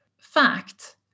fact